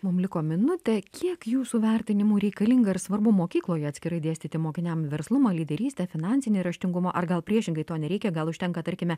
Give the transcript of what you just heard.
mum liko minutė kiek jūsų vertinimu reikalinga ir svarbu mokykloje atskirai dėstyti mokiniam verslumą lyderystę finansinį raštingumą ar gal priešingai to nereikia gal užtenka tarkime